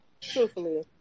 Truthfully